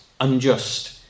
unjust